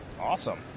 Awesome